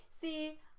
see